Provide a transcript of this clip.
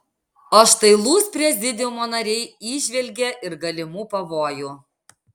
o štai lūs prezidiumo nariai įžvelgė ir galimų pavojų